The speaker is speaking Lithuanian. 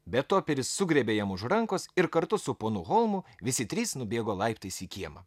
bet toperis sugriebė jam už rankos ir kartu su ponu holmu visi trys nubėgo laiptais į kiemą